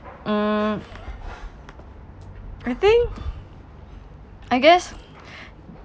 um I think I guess